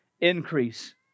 increase